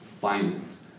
Finance